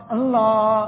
Allah